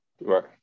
Right